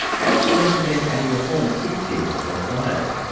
and it will recommend any reforms it feels are required.